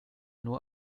nur